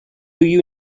you